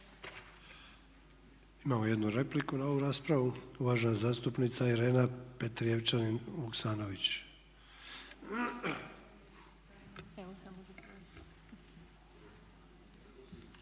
Imamo jednu repliku na ovu raspravu. Uvažena zastupnica Irena Petrijevčanin Vuksanović.